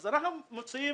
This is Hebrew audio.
אנחנו נמצאים